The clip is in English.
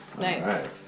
Nice